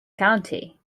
county